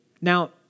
Now